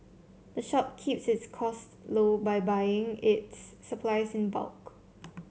the shop keeps its costs low by buying its supplies in bulk